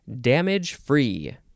damage-free